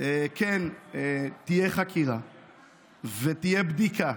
כן תהיה חקירה ותהיה בדיקה,